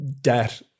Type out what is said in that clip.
debt